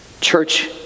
church